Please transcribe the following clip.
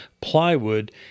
plywood